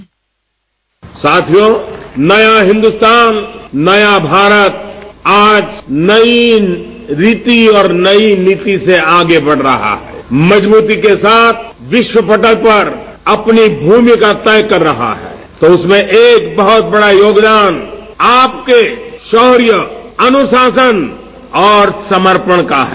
bite साथियों नया हिन्दुस्तान नया भारत आज नई नीति और नई नीति से आगे बढ़ रहा है मजबूती के साथ विश्व पटल पर अपनी भूमिका तय कर रहा है तो उसमें एक बहुत बड़ा योगदान आपके शौर्य अनुशासन और समर्पण का है